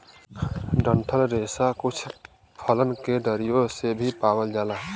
डंठल रेसा कुछ फलन के डरियो से भी पावल जाला